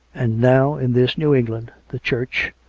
and now, in this new england, the church,